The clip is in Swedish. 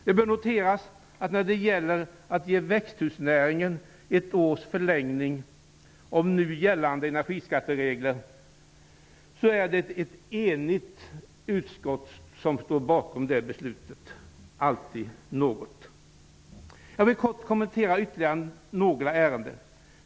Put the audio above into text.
Det bör noteras att det när det gäller att ge växthusnäringen ett års förlängning av nu gällande energiskatteregler är ett enigt utskott som står bakom detta beslut. Det är ju alltid något. Jag vill kort kommentera ytterligare några ärenden.